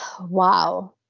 wow